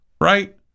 Right